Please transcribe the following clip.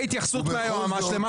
ואני רוצה התייחסות היועמ"ש על מה